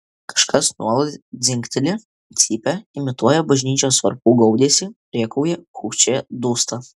kažkas nuolat dzingteli cypia imituoja bažnyčios varpų gaudesį rėkauja kūkčioja dūsta